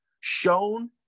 shown